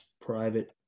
private